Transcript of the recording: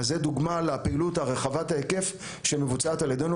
אז זאת דוגמה לפעילות רחבת ההיקף שמבוצעת על ידינו.